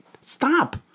Stop